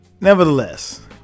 Nevertheless